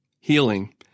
healing